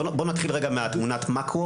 בוא נתחיל רגע מתמונת המקרו.